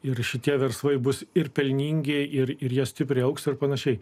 ir šitie verslai bus ir pelningi ir ir jie stipriai augs ir pan